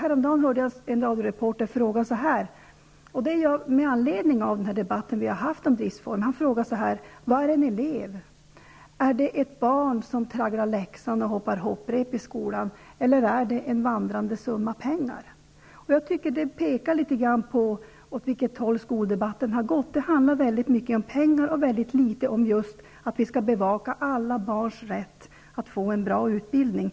Häromdagen hörde jag en reporter fråga så här med anledning av den debatt som vi har haft om driftsformerna: Vad är en elev? Är det ett barn som tragglar läxan och hoppar hopprep i skolan, eller är det en vandrande summa pengar? Jag tycker att det visar litet grand åt vilket håll skoldebatten har gått. Det handlar väldigt mycket om pengar och väldigt litet om hur vi skall kunna bevaka alla barns rätt att få en bra utbildning.